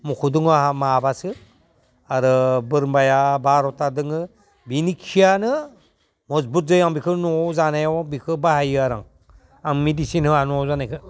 मोसौ दङ आंहा माबासो आरो बोरमाया बार'था दङ बेनि खियानो मजबुत जायो आं बेखौ न'आव जानायाव बेखौ बाहायो आरो आं आं मेदिसिन होया न'आव जानायखौ